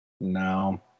No